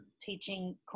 teaching